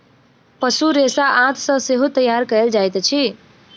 पशु रेशा आंत सॅ सेहो तैयार कयल जाइत अछि